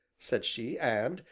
said she, and,